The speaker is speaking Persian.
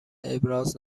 ابراز